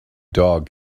dog